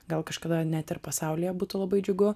gal kažkada net ir pasaulyje būtų labai džiugu